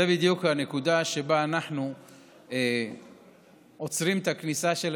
זו בדיוק הנקודה שבה אנחנו עוצרים את הכניסה של